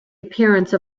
appearance